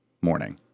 morning